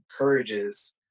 encourages